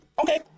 Okay